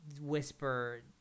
whisper